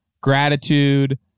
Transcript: gratitude